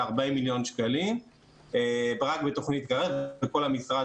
כ-40 מיליון שקלים רק בתוכנית קרב בכל המשרד